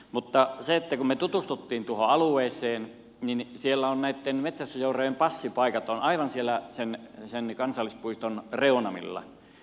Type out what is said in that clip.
mutta kun me tutustuimme tuohon alueeseen niin siellä näitten metsästysseurojen passipaikat ovat aivan siellä sen kansallispuiston reunamilla